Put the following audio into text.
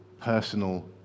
personal